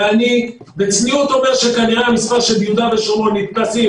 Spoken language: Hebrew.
ואני בצניעות אומר שכנראה המס' ביהודה ושומרון נתפסים,